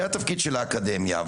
זה התפקיד של האקדמיה.